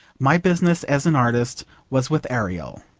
my business as an artist was with ariel.